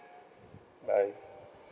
bye